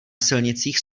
silnicích